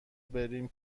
بریم